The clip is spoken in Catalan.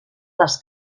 les